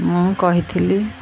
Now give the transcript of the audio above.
ମୁଁ କହିଥିଲି